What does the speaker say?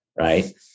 right